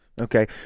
okay